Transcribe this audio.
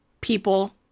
people